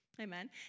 Amen